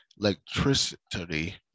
electricity